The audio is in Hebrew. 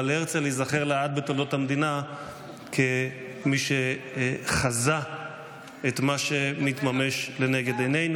אבל הרצל ייזכר לעד בתולדות המדינה כמי שחזה את מה שמתממש לנגד עינינו.